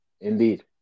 Indeed